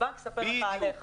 הבנק יספר לך עליך.